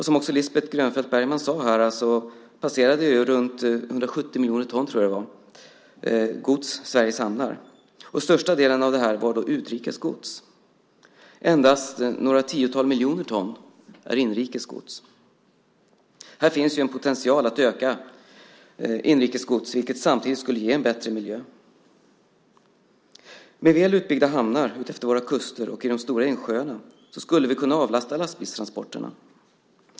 Som Lisbeth Grönfeldt Bergman sade passerade omkring 170 miljoner ton gods Sveriges hamnar. Största delen av detta var utrikes gods. Endast några tiotal miljoner ton är inrikes gods. Här finns en potential att öka inrikes gods, vilket samtidigt skulle ge en bättre miljö. Med väl utbyggda hamnar utefter våra kuster och i de stora insjöarna skulle vi kunna avlasta lastbilstransporterna.